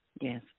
Yes